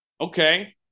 Okay